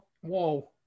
Whoa